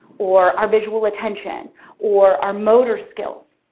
or our visual attention or our motor skills.